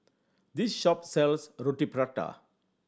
this shop sells Roti Prata